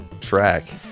track